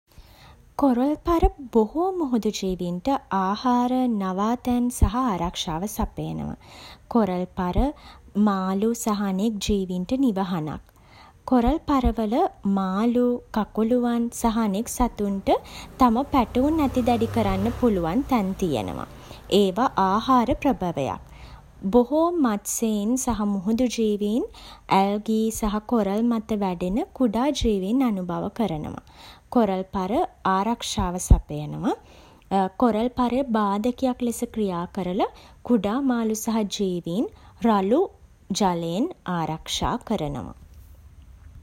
කොරල්පර බොහෝ මුහුදු ජීවීන්ට ආහාර, නවාතැන් සහ ආරක්ෂාව සපයනවා. කොරල්පර, මාළු සහ අනෙක් ජීවීන්ට නිවහනක්. කොරල්පරවල මාළු, කකුළුවන් සහ අනෙක් සතුන්ට තම පැටවුන් ඇති දැඩි කරන්න පුළුවන් තැන් තියෙනවා. ඒවා ආහාර ප්‍රභවයක්. බොහෝ මත්ස්‍යයන් සහ මුහුදු ජීවීන්, ඇල්ගී සහ කොරල් මත වැඩෙන කුඩා ජීවීන් අනුභව කරනවා. කොරල්පර ආරක්ෂාව සපයනවා. කොරල්පරය බාධකයක් ලෙස ක්‍රියා කරලා කුඩා මාළු සහ ජීවීන් රළු ජලයෙන් ආරක්ෂා කරනවා.